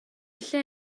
lle